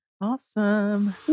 Awesome